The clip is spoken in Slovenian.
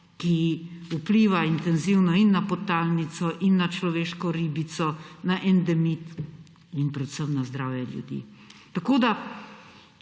ki vpliva intenzivno in na podtalnico in na človeško ribico, na endemit in predvsem na zdravje ljudi. Tako da,